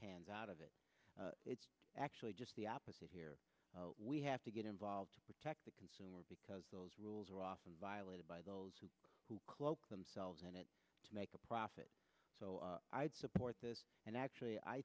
hands out of it it's actually just the opposite here we have to get involved with tech the consumer because those rules are often violated by those who cloak themselves in it to make a profit so i'd support this and actually i